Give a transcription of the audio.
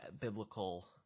biblical